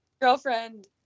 girlfriend